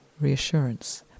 reassurance